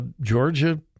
Georgia